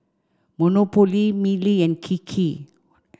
Monopoly Mili and Kiki